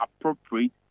appropriate